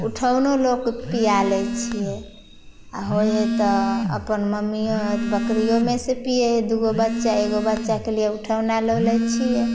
उठौनो लऽ कऽ पीआ लै छियै आ होइ हइ तऽ अपन मम्मियों अर बकरियोमे सऽ पीए हइ दूगो बच्चा एगो बच्चाके लिए उठौना लऽ लै छियै